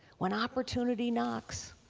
when opportunity knocks,